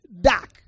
dark